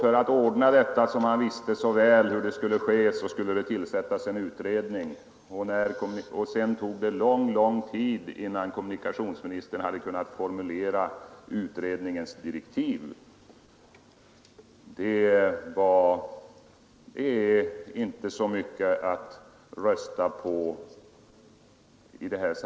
För att ordna det som kommunikationsministern visste så väl hur det borde ordnas skulle det tillsättas en utredning, men sedan tog det lång tid innan kommunikationsministern ens hade kunnat formulera utredningens direktiv. Och det tycker jag inte är så mycket att rösta på.